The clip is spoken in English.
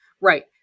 right